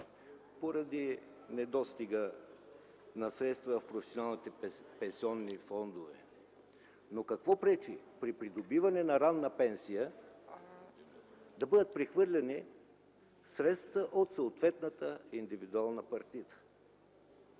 поради недостига на средства в професионалните пенсионни фондове. Но какво пречи при придобиване на ранна пенсия да бъдат прехвърляни средствата от съответната индивидуална партида?